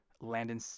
Landon –